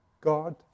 God